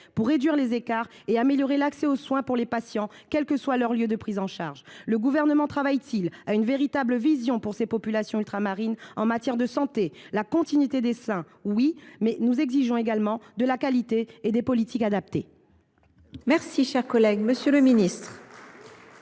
pour réduire les écarts et améliorer l’accès aux soins des patients, quel que soit leur lieu de prise en charge. Le Gouvernement travaille t il à une véritable vision pour ces populations ultramarines en matière de santé ? Oui à la continuité des soins, mais nous exigeons également de la qualité et des politiques adaptées ! La parole est à M. le ministre